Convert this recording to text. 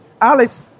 Alex